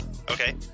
okay